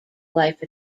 life